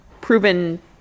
proven